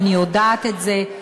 ואני יודעת את זה,